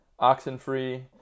Oxenfree